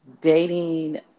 dating